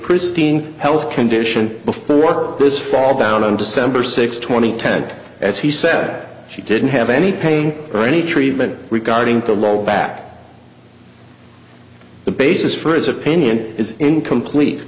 pristine health condition before this fall down on december sixth twenty ten as he said she didn't have any pain or any treatment regarding to lower back the basis for his opinion is incomplete